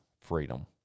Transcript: freedom